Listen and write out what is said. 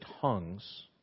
tongues